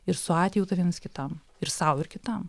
ir su atjauta vienas kitam ir sau ir kitam